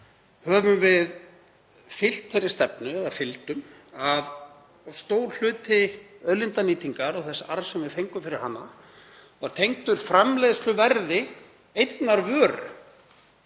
höfum við fylgt þeirri stefnu, eða fylgdum, að stór hluti auðlindanýtingar og þess arðs sem við fengum fyrir hana væri tengdur framleiðsluverði einnar vöru.